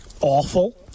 awful